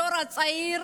הדור הצעיר